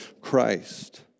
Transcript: Christ